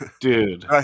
Dude